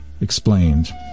explained